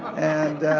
and